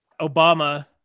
Obama